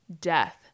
death